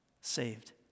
saved